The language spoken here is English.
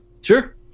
sure